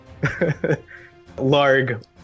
Larg